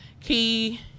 key